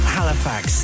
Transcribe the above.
Halifax